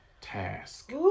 task